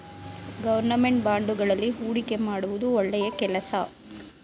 government ಬಾಂಡುಗಳಲ್ಲಿ ಹೂಡಿಕೆ ಮಾಡುವುದು ಒಳ್ಳೆಯ ಕೆಲಸ